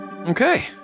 Okay